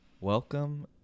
Welcome